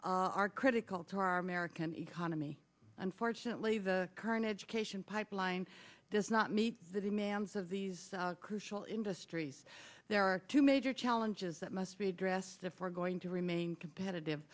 are critical to our american economy unfortunately the current education pipeline does not meet the demands of these crucial industries there are two major challenges that must be addressed if we're going to remain competitive